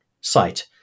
site